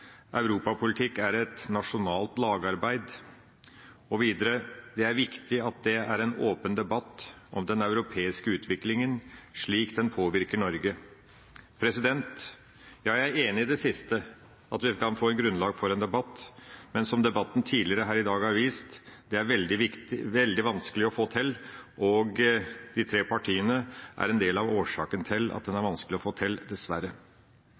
er et nasjonalt lagarbeid, og det er viktig at det er en åpen debatt om den europeiske utviklingen slik den påvirker Norge.» Jeg er enig i det siste, at vi kan få et grunnlag for en debatt, men – som debatten tidligere her i dag har vist – det er veldig vanskelig å få til. De tre partiene er en del av årsaken til at det er vanskelig å få til, dessverre.